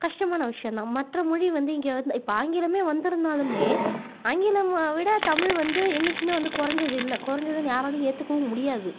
கஷ்டமான விஷயம் தான் மற்ற மொழி வந்து இங்கே வந்து இப்போ ஆங்கிலமே வந்திருந்தாலுமே ஆங்கிலமை விட தமிழ் வந்து என்றைக்குமே வந்து குறைஞ்சதில்ல குறைஞ்சதுன்னு யாராலேயும் ஏற்றுக்கவும் முடியாது